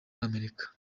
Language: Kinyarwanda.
amerika